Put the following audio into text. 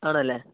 ആണല്ലേ